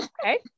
okay